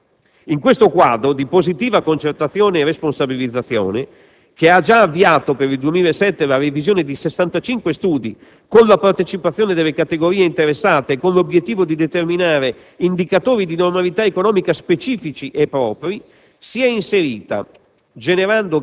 È stato un importante risultato. In questo quadro di positiva concertazione e responsabilizzazione che ha già avviato per il 2007 la revisione di 65 studi, con la partecipazione delle categorie interessate e con l'obiettivo di determinare indicatori di normalità economica specifici e propri,